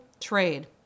Trade